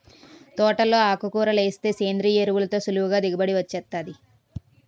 తోటలో ఆకుకూరలేస్తే సేంద్రియ ఎరువులతో సులువుగా దిగుబడి వొచ్చేత్తాది